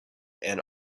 and